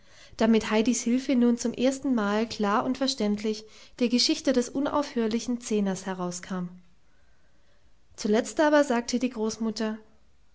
mit heidis hilfe nun zum erstenmal klar und verständlich die geschichte des unaufhörlichen zehners herauskam zuletzt aber sagte die großmutter